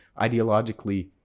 ideologically